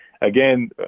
again